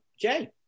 Jay